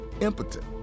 impotent